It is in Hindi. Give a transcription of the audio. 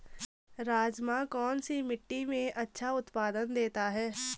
राजमा कौन सी मिट्टी में अच्छा उत्पादन देता है?